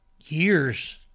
years